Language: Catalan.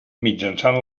mitjançant